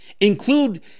include